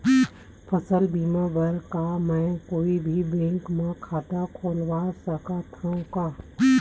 फसल बीमा बर का मैं कोई भी बैंक म खाता खोलवा सकथन का?